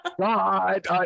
God